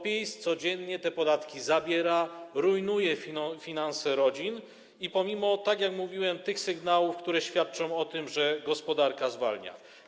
PiS codziennie te podatki zabiera, rujnuje finanse rodzin, pomimo, tak jak mówiłem, sygnałów, które świadczą o tym, że gospodarka zwalnia.